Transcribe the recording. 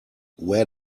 where